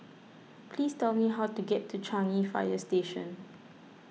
please tell me how to get to Changi Fire Station